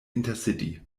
intercity